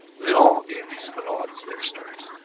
villon gave these ballades their start.